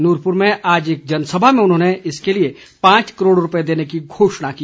नूरपूर में आज एक जनसभा में उन्होंने इसके लिए पांच करोड़ रुपये देने की घोषणा की